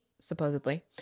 supposedly